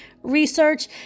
research